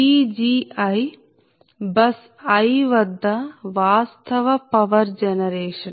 Pgi bus i వద్ద వాస్తవ power generation